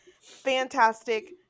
Fantastic